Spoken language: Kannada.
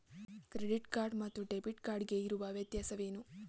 ಕ್ರೆಡಿಟ್ ಕಾರ್ಡ್ ಮತ್ತು ಡೆಬಿಟ್ ಕಾರ್ಡ್ ಗೆ ಇರುವ ವ್ಯತ್ಯಾಸವೇನು?